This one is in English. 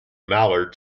mallard